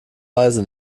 weise